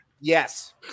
Yes